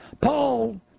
Paul